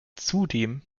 zudem